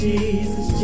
Jesus